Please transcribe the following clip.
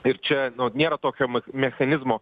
ir čia nėra tokio mechanizmo